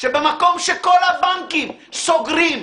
שבמקום שכל הבנקים סוגרים,